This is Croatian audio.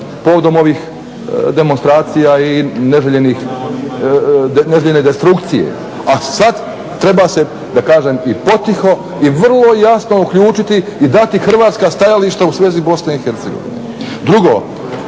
povodom ovih demonstracija i neželjene destrukcije. A sada treba se da kažem i potiho i vrlo jasno uključiti i dati Hrvatska stajališta u svezi Bosne